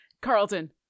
Carlton